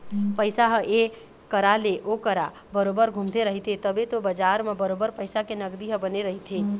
पइसा ह ऐ करा ले ओ करा बरोबर घुमते रहिथे तभे तो बजार म बरोबर पइसा के नगदी ह बने रहिथे